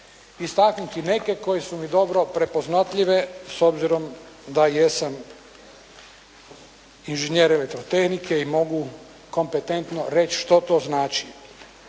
istaknuti neke koje su mi dobro prepoznatljive, s obzirom da jesam inženjer elektrotehnike i mogu kompetentno reći što to znači.